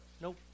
Nope